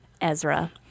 Ezra